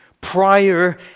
prior